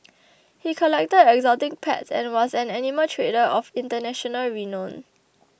he collected exotic pets and was an animal trader of international renown